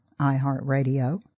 iHeartRadio